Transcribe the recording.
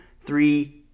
three